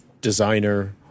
designer